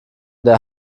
der